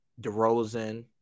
DeRozan